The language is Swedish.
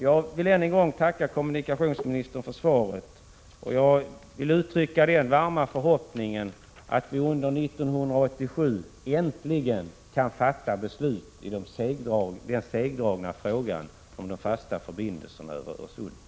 Jag vill än en gång tacka kommunikationsministern för svaret. Jag vill uttrycka den varma förhoppningen att vi under 1987 äntligen kan fatta beslut i den segdragna frågan om de fasta förbindelserna över Öresund.